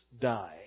die